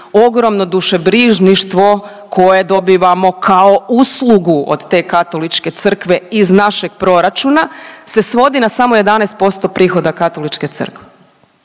ogromno dušebrižništvo koje dobivamo kao uslugu od te katoličke crkve iz našeg proračuna se svodi na samo 11% prihoda katoličke crkve.